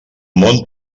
món